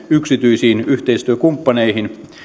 yksityisiin yhteistyökumppaneihin